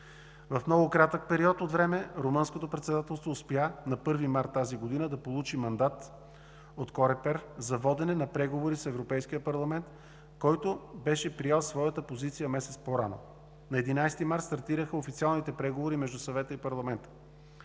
В много кратък период от време Румънското председателство успя на 1 март тази година да получи мандат от Корепер за водене на преговори с Европейския парламент, който беше приел своята позиция месец по-рано. На 11 март стартираха официалните преговори между Съвета и Парламента.